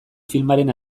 filmaren